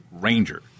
Ranger